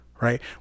right